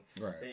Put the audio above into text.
Right